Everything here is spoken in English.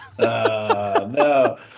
no